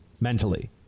mentally